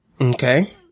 Okay